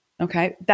Okay